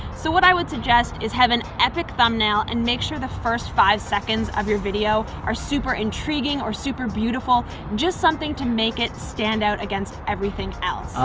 so what i would suggest is have an epic thumbnail and make sure the first five seconds of your video are super intriguing or super beautiful, just something to make it stand out against everything else.